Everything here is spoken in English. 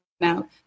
Now